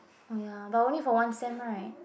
oh ya but only for one sem right